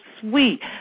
sweet